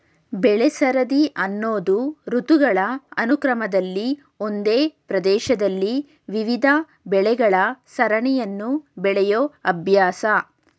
ಬೆಳೆಸರದಿ ಅನ್ನೋದು ಋತುಗಳ ಅನುಕ್ರಮದಲ್ಲಿ ಒಂದೇ ಪ್ರದೇಶದಲ್ಲಿ ವಿವಿಧ ಬೆಳೆಗಳ ಸರಣಿಯನ್ನು ಬೆಳೆಯೋ ಅಭ್ಯಾಸ